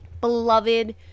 beloved